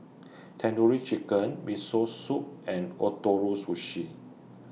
Tandoori Chicken Miso Soup and Ootoro Sushi